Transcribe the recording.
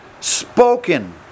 spoken